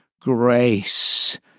grace